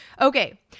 Okay